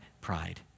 pride